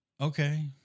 Okay